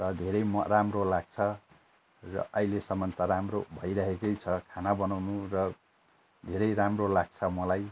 र धेरै म राम्रो लाग्छ र अहिलेसम्म त राम्रो भइरहेको छ खाना बनाउनु र धेरै राम्रो लाग्छ मलाई